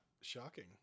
shocking